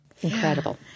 Incredible